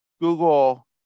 Google